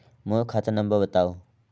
मोर खाता नम्बर बताव?